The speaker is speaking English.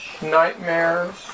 nightmares